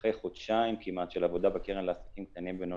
אחרי כמעט חודשיים של עבודה בקרן לעסקים קטנים-בינוניים,